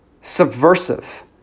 subversive